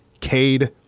Cade